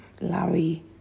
Larry